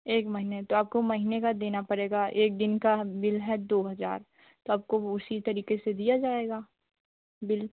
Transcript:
एक महीने तो आपको महीने का देना पड़ेगा एक दिन का बिल है दो हज़ार तो आपको उसी तारीक से दिया जाएगा बिल